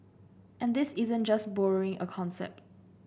and this isn't just borrowing a concept